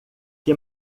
que